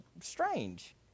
strange